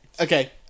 okay